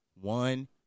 One